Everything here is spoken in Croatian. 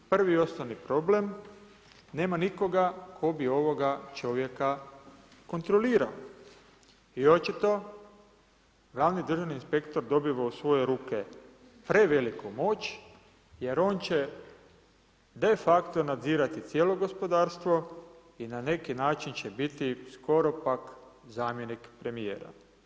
Prvi i osnovni problem, nema nikoga tko bi ovoga čovjeka kontrolirao i očito glavni državni inspektor dobiva u svoje ruke preveliku moć, jer on će defacto nadzirati cijelo gospodarstvo i na neki način će biti skoro pa zamjenik premijera.